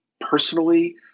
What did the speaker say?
personally